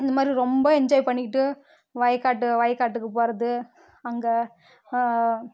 இந்த மாதிரி ரொம்ப என்ஜாய் பண்ணிக்கிட்டு வயக்காட்டு வயக்காட்டுக்கு போகிறது அங்கே